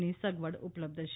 ની સગવડ ઉપલબ્ધ છે